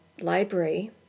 library